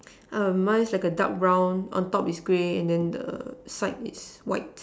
um mine is like a dark brown on top is grey and the side is white